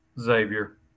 Xavier